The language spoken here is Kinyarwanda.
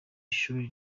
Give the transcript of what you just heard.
shuri